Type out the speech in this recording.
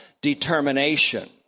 determination